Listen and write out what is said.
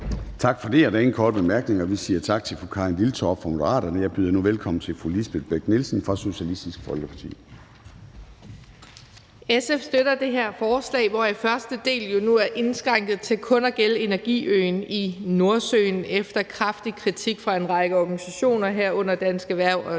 SF støtter det her lovforslag, hvoraf første del jo nu er indskrænket til kun at gælde energiøen i Nordsøen efter kraftig kritik fra en række organisationer, herunder Dansk Erhverv og